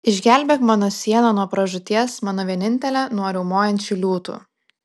išgelbėk mano sielą nuo pražūties mano vienintelę nuo riaumojančių liūtų